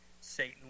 Satan